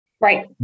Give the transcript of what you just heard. Right